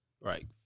right